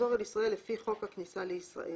לחזור אל ישראל לפי חוק הכניסה לישראל".